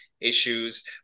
issues